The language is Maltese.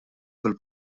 fil